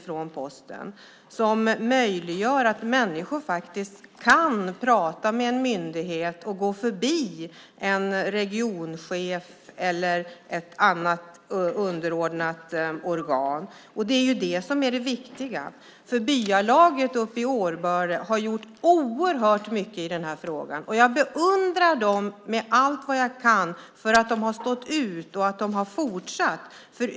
Det möjliggör för människor att prata med en myndighet och gå förbi en regionchef eller annat underordnat organ. Det är det viktiga. Byalaget i Årböle har gjort oerhört mycket i frågan. Jag beundrar dem för att de har stått ut och att de har fortsatt.